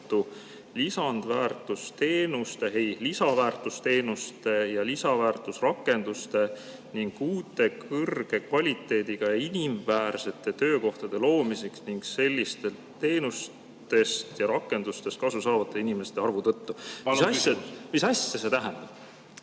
sobivuse tõttu lisaväärtusteenuste ja ‑rakenduste ning uute kõrge kvaliteediga ja inimväärsete töökohtade loomiseks ning sellistest teenustest ja rakendustest kasu saavate inimeste arvu tõttu." Mis see tähendab?